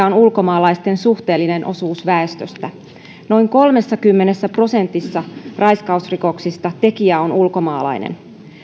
on ulkomaalaisten suhteellinen osuus väestöstä noin kolmessakymmenessä prosentissa raiskausrikoksista tekijä on ulkomaalainen